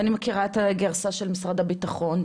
ואני מכירה גם את הגרסה של משרד הביטחון,